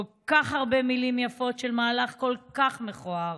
כל כך הרבה מילים יפות של מהלך כל כך מכוער.